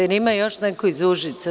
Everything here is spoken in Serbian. Jel ima još neko iz Užica?